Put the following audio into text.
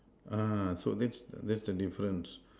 ah so that's so that's the difference